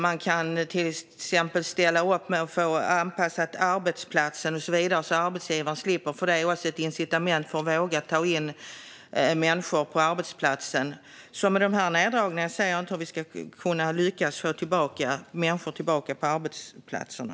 Man kan till exempel ställa upp med att anpassa arbetsplatsen och så vidare, så att arbetsgivaren slipper. Det är också ett incitament för att våga ta in människor på arbetsplatsen. Med de här neddragningarna ser jag inte hur vi ska kunna lyckas få tillbaka människor på arbetsplatserna.